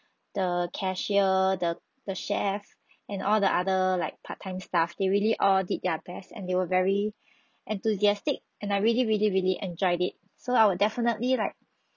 the cashier the the chef and all the other like part time staff they really all did their best and they were very enthusiastic and I really really really enjoyed it so I will definitely like